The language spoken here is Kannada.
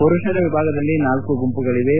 ಮರುಷರ ವಿಭಾಗದಲ್ಲಿ ನಾಲ್ಲು ಗುಂಪುಗಳಿವೆ